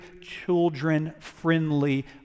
children-friendly